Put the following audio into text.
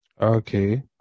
Okay